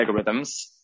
algorithms